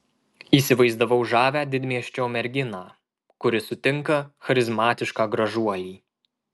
įsivaizdavau žavią didmiesčio merginą kuri sutinka charizmatišką gražuolį